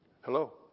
Hello